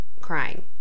crying